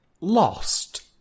Lost